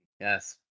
Yes